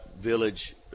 Village